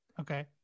Okay